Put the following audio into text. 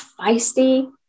feisty